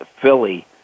Philly